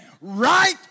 right